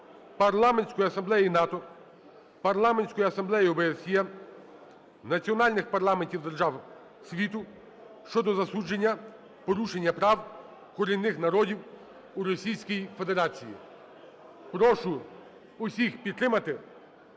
Парламентської Асамблеї НАТО, Парламентської Асамблеї ОБСЄ, національних парламентів держав світу щодо засудження порушення прав корінних народів у Російській Федерації. Прошу всіх підтримати